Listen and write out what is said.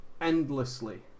endlessly